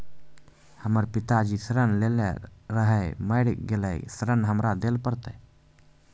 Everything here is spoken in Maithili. हमर पिताजी ऋण लेने रहे मेर गेल ऋण हमरा देल पड़त?